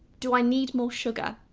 do i need more sugar?